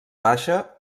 baixa